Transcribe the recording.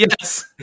yes